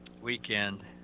weekend